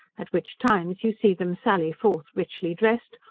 at which times you see them sally forth richly dressed,